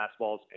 fastballs